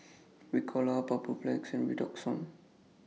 Ricola Papulex and Redoxon